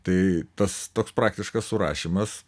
tai tas toks praktiškas surašymas